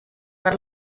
per